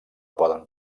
poden